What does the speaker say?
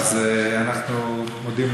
אז אנחנו מודים,